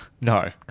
No